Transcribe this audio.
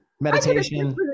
Meditation